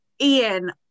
Ian